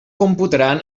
computaran